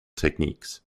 techniques